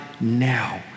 now